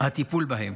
הטיפול בהם.